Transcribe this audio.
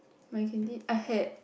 my canteen I had